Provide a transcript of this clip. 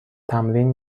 تمرین